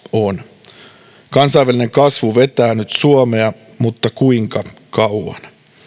on kansainvälinen kasvu vetää nyt suomea mutta kuinka kauan